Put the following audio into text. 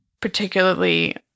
particularly